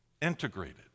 Integrated